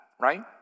right